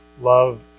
love